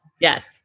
Yes